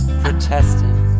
protesting